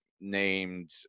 named